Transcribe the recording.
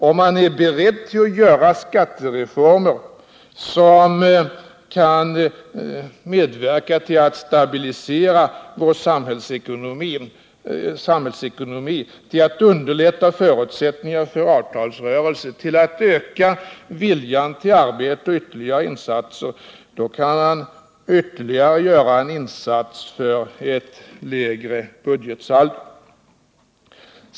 Om han är beredd att göra skattereformer som kan medverka till att stabilisera vår samhällsekonomi, till att underlätta förutsättningarna för avtalsrörelsen, till att öka viljan till arbete och ytterligare insatser kan han ytterligare göra en insats för ett lägre budgetsaldo.